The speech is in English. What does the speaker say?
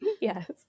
yes